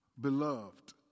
beloved